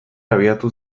abiatu